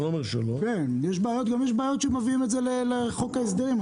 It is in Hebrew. כן, גם יש בעיות שמביאים את זה לחוק ההסדרים.